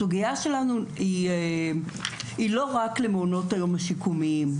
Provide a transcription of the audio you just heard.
הסוגייה שלנו היא לא רק למעונות היום השיקומיים,